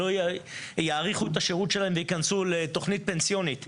יאריכו את השירות שלהם וייכנסו לתכנית פנסיונית,